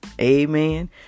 Amen